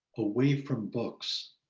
away from books,